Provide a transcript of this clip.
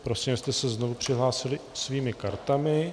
Prosím, abyste se znovu přihlásili svými kartami.